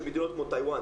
שבמדינות כמו טייוואן,